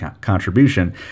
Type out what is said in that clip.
contribution